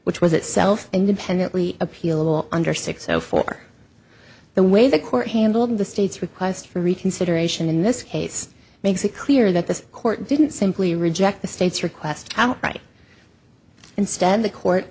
which was itself independently appealable under six zero for the way the court handled the state's request for reconsideration in this case makes it clear that this court didn't simply reject the state's request outright instead the court